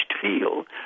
feel